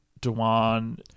Dewan